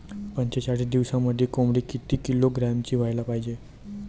पंचेचाळीस दिवसामंदी कोंबडी किती किलोग्रॅमची व्हायले पाहीजे?